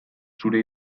zure